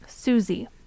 Susie